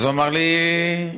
אז הוא אמר לי: בוודאי,